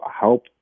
help